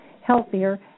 healthier